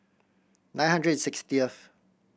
nine hundred and sixtieth